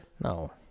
No